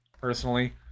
personally